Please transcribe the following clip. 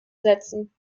setzen